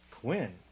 Quinn